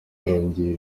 arongoye